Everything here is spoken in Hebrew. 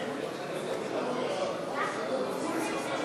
אני רוצה להגיד פה שני